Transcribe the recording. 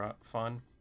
fun